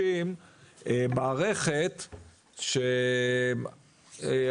את כל ה-1,000 אתה מעביר לביקורת הגבולות.